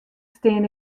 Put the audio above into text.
stean